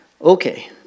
Okay